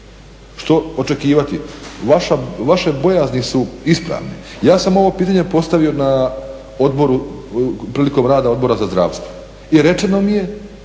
što očekivati. Vaše bojazni su ispravne. Ja sam ovo pitanje postavio prilikom rada Odbora za zdravstvo i rečeno mi je